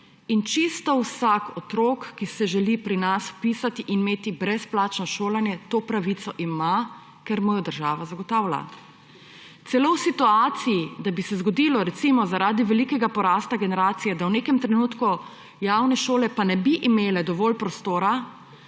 čisto vsak otrok, ki se želi pri nas vpisati in imeti brezplačno šolanje, to pravico ima, ker mu jo država zagotavlja. Celo v situaciji, da bi se zgodilo, recimo, zaradi velikega porasta generacije, da v nekem trenutku javne šole ne bi imele dovolj prostora,